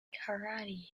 karate